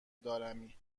دارمی